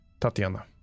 Tatiana